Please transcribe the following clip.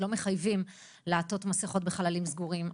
לא מחייבים לעטות מסכות בחללים סגורים,